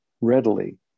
readily